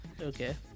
okay